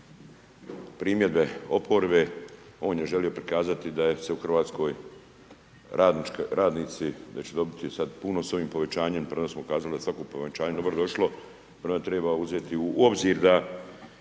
primjedbe oporbe on je želio prikazati da je se u Hrvatskoj radnici, da će dobiti sad puno s ovim povećanjem, prije smo kazali da svako povećanje dobro došlo, prvo treba uzeti u obzir da